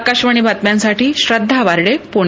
आकाशवाणी बातम्यांसाठी श्रद्वा वाडे पुणे